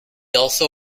also